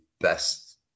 best